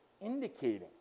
indicating